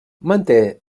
manté